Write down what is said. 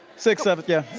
sixth seventh, yeah. oh,